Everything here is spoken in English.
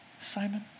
Simon